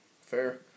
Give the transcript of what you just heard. Fair